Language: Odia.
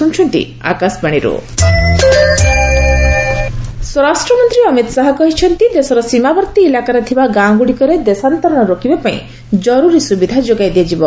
ଶରଦ ବିକାଶ ଉତ୍ସବ ସ୍ୱରାଷ୍ଟ୍ର ମନ୍ତ୍ରୀ ଅମିତ ଶାହା କହିଛନ୍ତି ଦେଶର ସୀମାବର୍ତ୍ତୀ ଇଲାକାରେ ଥିବା ଗାଁ ଗୁଡ଼ିକରେ ଦେଶାନ୍ତରଣ ରୋକିବା ପାଇଁ ଜରୁରୀ ସୁବିଧା ଯୋଗାଇ ଦିଆଯିବ